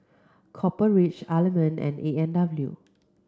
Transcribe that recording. Copper Ridge Element and A and W